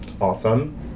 awesome